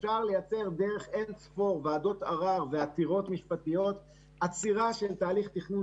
אפשר לייצר דרך אין-ספור ועדות ערר ועתירות משפטיות עצירה של תהליך תכנון